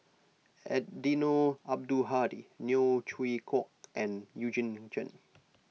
Eddino Abdul Hadi Neo Chwee Kok and Eugene Chen